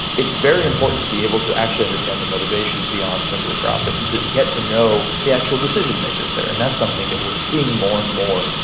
it's very important to be able to actually understand the motivations beyond simply profit and to get to know the actual decision-makers there. and that's something that we're seeing more and more.